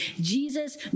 Jesus